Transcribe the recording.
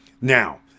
Now